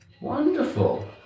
Wonderful